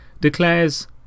declares